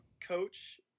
coach